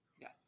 Yes